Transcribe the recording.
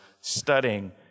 studying